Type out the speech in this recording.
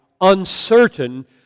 uncertain